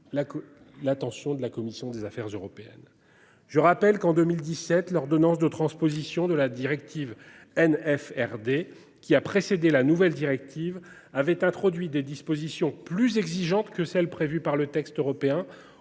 l'attention de la commission des Affaires européennes. Je rappelle qu'en 2017, l'ordonnance de transposition de la directive N. F RD qui a précédé la nouvelle directive avait introduit des dispositions plus exigeantes que celles prévues par le texte européen